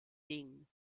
ding